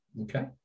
Okay